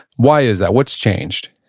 why is that? what's changed?